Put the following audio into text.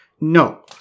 No